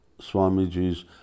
Swamiji's